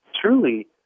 truly